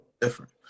different